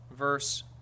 verse